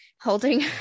holding